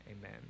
Amen